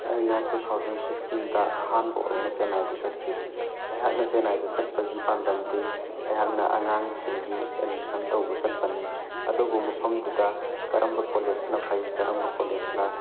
ꯑꯩꯅ two thousand ꯁꯤꯛꯁꯇꯤꯟꯗ ꯑꯍꯥꯟꯕ ꯑꯣꯏꯅ ꯆꯦꯅꯥꯏꯗ ꯆꯠꯈꯤ ꯑꯩꯍꯥꯛꯅ ꯆꯦꯅꯥꯏꯗ ꯆꯠꯄꯒꯤ ꯄꯥꯟꯗꯝꯗꯤ ꯑꯩꯍꯥꯥꯛꯅ ꯑꯉꯥꯡꯁꯤꯡꯒꯤ ꯑꯦꯠꯃꯤꯁꯟ ꯇꯧꯕ ꯆꯠꯄꯅꯤ ꯑꯗꯨꯕꯨ ꯃꯐꯝꯗꯨꯗ ꯀꯔꯝꯕ ꯀꯣꯂꯣꯖꯅ ꯐꯩ ꯀꯔꯝꯕ ꯀꯣꯂꯦꯖꯅ